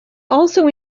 also